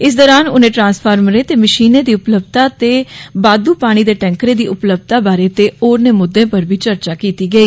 इस दौरान उन्ने ट्रांस्फार्मरें ते मशीनें दी उपलब्धता ते बाद् पानी दे टैंकरें दी उपलब्धता बारै ते होरने मुद्दे पर बी चर्चा कीती गेई